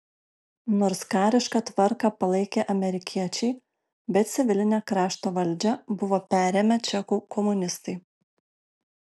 nors karišką tvarką palaikė amerikiečiai bet civilinę krašto valdžią buvo perėmę čekų komunistai